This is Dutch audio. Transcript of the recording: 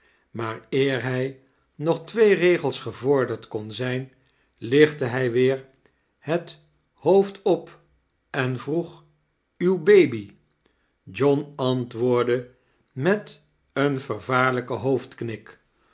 maar eer hij nog twee regels gevorderd kon zijn lichtte hij weer het hoofd op en vroeg uw baby john antwoordde met een vervaarlijkem